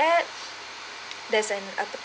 there's an